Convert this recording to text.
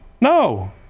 No